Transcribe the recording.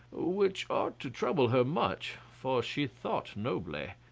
which ought to trouble her much, for she thought nobly.